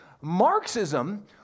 Marxism